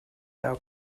our